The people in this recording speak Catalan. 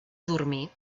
dormir